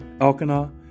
Elkanah